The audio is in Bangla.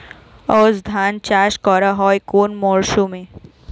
আউশ ধান চাষ করা হয় কোন মরশুমে?